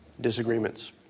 Disagreements